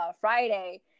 Friday